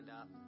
up